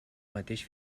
mateix